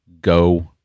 go